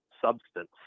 substance